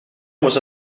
was